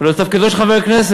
הלוא זה תפקידו של חבר הכנסת,